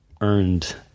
earned